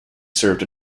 served